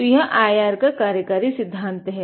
तो यह IR का कार्यकारी सिद्धांत है